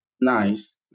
Nice